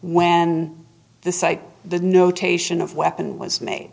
when the site the notation of weapon was